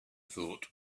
thought